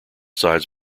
sides